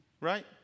right